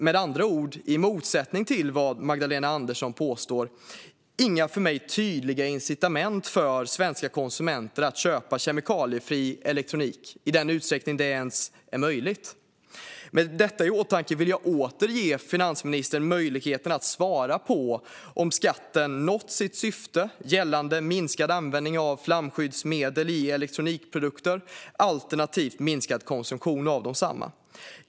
Med andra ord, i motsättning till vad Magdalena Andersson påstår, finns inga för mig tydliga incitament för svenska konsumenter att köpa kemikaliefri elektronik - i den utsträckning det ens är möjligt. Med detta i åtanke vill jag åter ge finansministern möjligheten att svara på om skatten nått sitt syfte gällande minskad användning av flamskyddsmedel i elektronikprodukter alternativt minskad konsumtion av desamma.